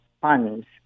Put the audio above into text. funds